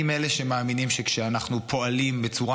אני מאלה שמאמינים שכשאנחנו פועלים בצורה